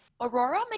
Aurora